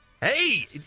Hey